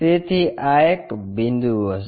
તેથી આ એક બિંદુ હશે